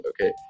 okay